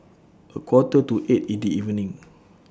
A Quarter to eight in The evening